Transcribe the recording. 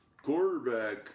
quarterback